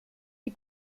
die